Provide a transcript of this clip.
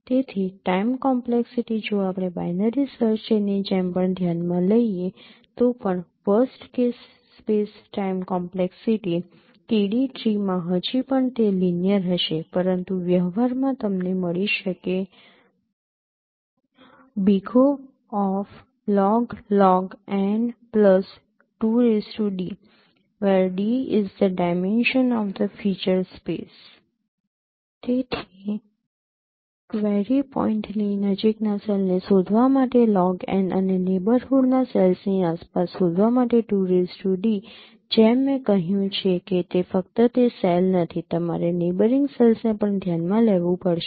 તેથી time complexity જો આપણે બાઇનરી સર્ચ ટ્રીની જેમ પણ ધ્યાનમાં લઈએ તો પણ worst case space time complexity K D ટ્રીમાં હજી પણ તે લિનિયર હશે પરંતુ વ્યવહારમાં તમને મળી શકે તેથી ક્વેરી પોઇન્ટની નજીકના સેલને શોધવા માટે log અને નેબરહૂડના સેલ્સની આસપાસ શોધવા માટે જેમ મેં કહ્યું છે કે તે ફક્ત તે સેલ નથી તમારે નેબયરિંગ સેલ્સને પણ ધ્યાનમાં લેવું પડશે